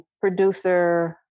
producer